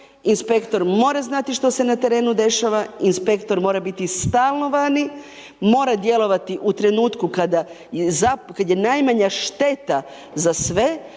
inspektor mora znati što se na terenu dešava, inspektor mora biti stalno vani, mora djelovati u trenutku kada je najmanja šteta za sve